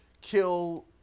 kill